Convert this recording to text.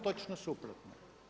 Točno suprotno.